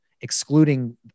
excluding